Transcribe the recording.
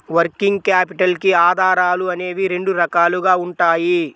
working capital కి ఆధారాలు అనేవి రెండు రకాలుగా ఉంటాయి